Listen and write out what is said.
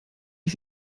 ich